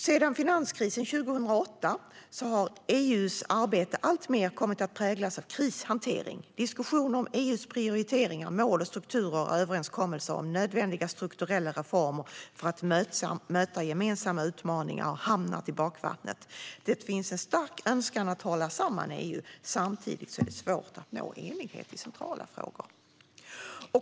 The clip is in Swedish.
Sedan finanskrisen 2008 har EU:s arbete alltmer kommit att präglas av krishantering. Diskussioner om EU:s prioriteringar, mål och strukturer samt överenskommelser om nödvändiga strukturella reformer för att möta gemensamma utmaningar har hamnat i bakvattnet. Det finns en stark önskan att hålla samman EU. Samtidigt är det svårt att nå enighet i centrala frågor.